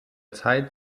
zeit